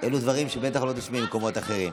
אלו דברים שבטח לא תשמעי במקומות אחרים.